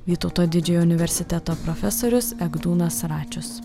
vytauto didžiojo universiteto profesorius egdūnas račius